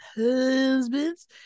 husbands